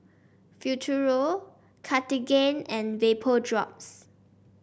Futuro Cartigain and Vapodrops